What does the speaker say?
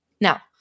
Now